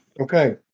Okay